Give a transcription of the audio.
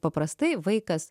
paprastai vaikas